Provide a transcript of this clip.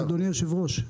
אדוני היושב-ראש.